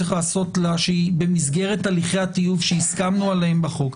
שהיא במסגרת הליכי הטיוב שהסכמנו עליהם בחוק,